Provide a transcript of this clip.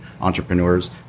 entrepreneurs